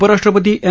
उपराष्ट्रपती एम